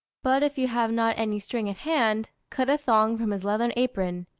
but if you have not any string at hand, cut a thong from his leathern apron,